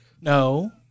No